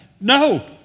no